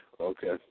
Okay